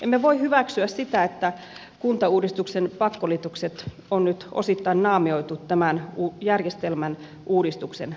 emme voi hyväksyä sitä että kuntauudistuksen pakkoliitokset on nyt osittain naamioitu tämän järjestelmän uudistuksen asuun